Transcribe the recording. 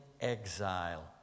exile